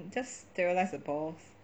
just sterilise the balls